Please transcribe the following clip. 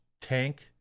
tank